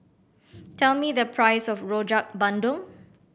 tell me the price of Rojak Bandung